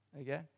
okay